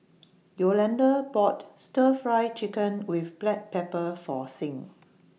Yolonda bought Stir Fry Chicken with Black Pepper For Sing